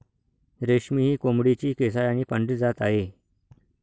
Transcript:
रेशमी ही कोंबडीची केसाळ आणि पांढरी जात आहे